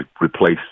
replace